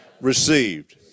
received